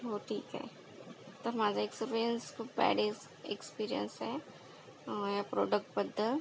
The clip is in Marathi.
हो ठीक आहे तर माझा एक्सपिरिअन्स खूप बॅड एक्सपिरिअन्स आहे या प्रॉडक्टबद्दल